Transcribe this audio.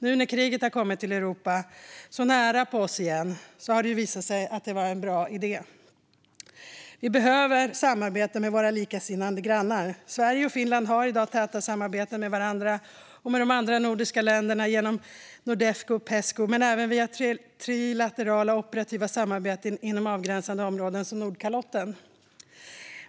Nu när kriget har kommit till Europa, så nära inpå oss igen, har det visat sig vara en bra idé. Vi behöver samarbeta med våra likasinnade grannar. Sverige och Finland har i dag täta samarbeten med varandra och med de andra nordiska länderna genom Nordefco och Pesco men även via trilaterala operativa samarbeten inom avgränsade områden som Nordkalotten.